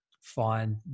find